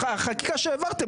החקיקה שהעברתם,